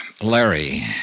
Larry